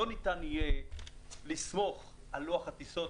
לא ניתן יהיה לסמוך על לוח הטיסות,